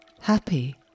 Happy